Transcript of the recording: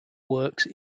works